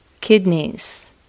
kidneys